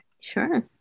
Sure